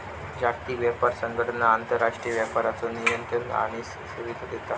जागतिक व्यापार संघटना आंतरराष्ट्रीय व्यापाराचो नियमन आणि सुविधा देता